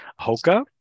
Hoka